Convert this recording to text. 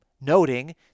noting